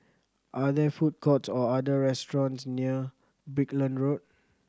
are there food courts or are there food restaurants near Brickland Road